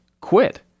Quit